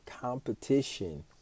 competition